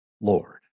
Lord